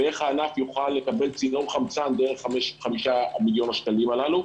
ואיך הענף יוכל לקבל צינור חמצן דרך 5 מיליון השקלים הללו.